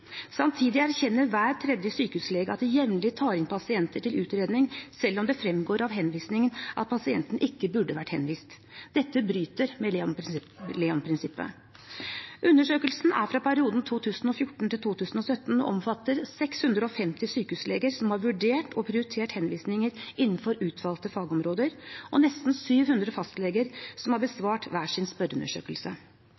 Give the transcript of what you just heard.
Samtidig erkjenner hver tredje sykehuslege at de jevnlig tar inn pasienter til utredning selv om det fremgår av henvisningen at pasienten ikke burde vært henvist. Dette bryter med LEON-prinsippet. Undersøkelsen er fra perioden 2014–2017 og omfatter 650 sykehusleger som har vurdert og prioritert henvisninger innenfor utvalgte fagområder, og nesten 700 fastleger som har